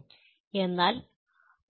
അതിനാൽ